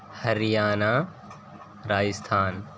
Haryana Rajasthan